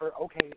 Okay